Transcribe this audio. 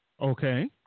Okay